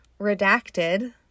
redacted